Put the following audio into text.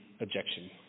objection